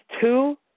two